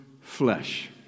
flesh